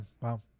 Wow